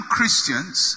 Christians